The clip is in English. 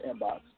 inbox